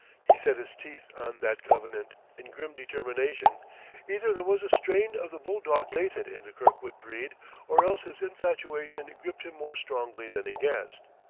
he set his teeth on that covenant, in grim determination either there was a strain of the bulldog latent in the kirkwood breed or else his infatuation gripped him more strongly than he guessed.